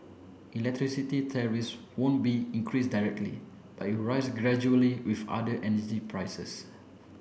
electricity tariffs won't be increased directly but will rise gradually with other energy prices